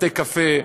בתי-קפה,